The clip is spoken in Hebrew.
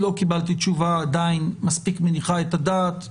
עדיין לא קיבלתי תשובה מספיק מניחה את הדעת.